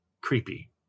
creepy